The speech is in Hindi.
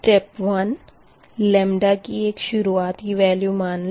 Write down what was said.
स्टेप 1 लेमदा की एक शुरुआती वेल्यू मान ले